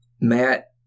Matt